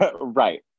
Right